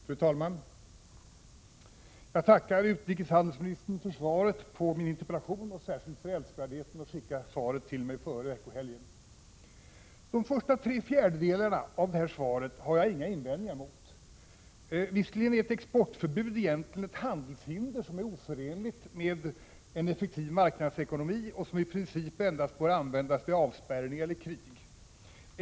Fru talman! Jag tackar utrikeshandelsministern för svaret på min interpellation och särskilt för älskvärdheten att skicka svaret till mig före helgen. De första tre fjärdedelarna av detta svar har jag inga invändningar emot. Visserligen är ett exportförbud egentligen ett handelshinder som är oförenligt med en effektiv marknadsekonomi och som i princip endast bör användas vid avspärrning eller krig.